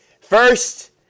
First